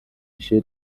一些